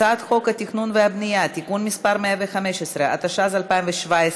חוק התכנון והבנייה (תיקון מס' 115), התשע"ז 2017,